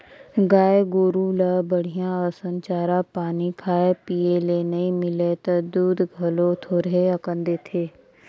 गाय गोरु ल बड़िहा असन चारा पानी खाए पिए ले नइ मिलय त दूद घलो थोरहें अकन देथे